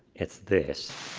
it's this.